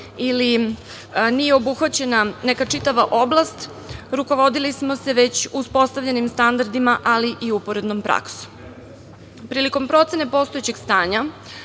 ili nije obuhvaćena neka čitava oblast, rukovodili smo se već uspostavljenim standardima, ali i uporednom praksom. Prilikom procene postojećeg stanja